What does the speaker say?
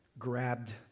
grabbed